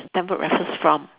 Stamford Raffles from